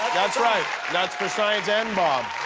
that's right. that's for science and bob.